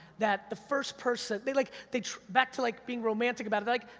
that the first person, they like, they back to like being romantic about it, like,